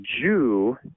Jew